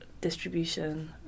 distribution